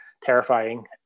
terrifying